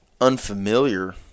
unfamiliar